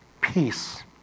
peace